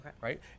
right